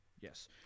Yes